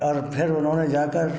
और फिर उन्होंने जाकर